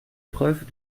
preuves